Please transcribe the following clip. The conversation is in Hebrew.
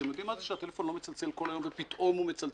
אתם יודעים מה זה שהטלפון לא מצלצל כל היום ופתאום הוא מצלצל?